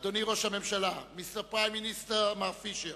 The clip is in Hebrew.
אדוני ראש הממשלה, Mr. Prime Minister, מר פישר,